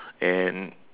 and